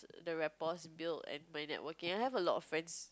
the rapport is built and my networking I have a lot of friends